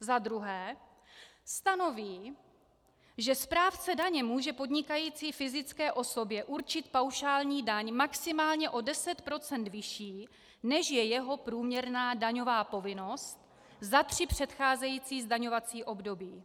2. Stanoví, že správce daně může podnikající fyzické osobě určit paušální daň maximálně o 10 % vyšší, než je jeho průměrná daňová povinnost za tři předcházející zdaňovací období.